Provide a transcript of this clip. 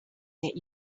that